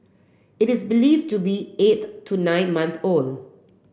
it is believe to be eight to nine months old